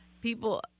people